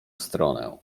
stronę